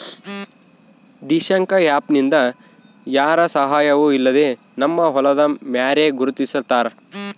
Dishank app ನಿಂದ ಯಾರ ಸಹಾಯವೂ ಇಲ್ಲದೆ ನಮ್ಮ ಹೊಲದ ಮ್ಯಾರೆ ಗುರುತಿಸ್ತಾರ